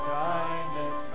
kindness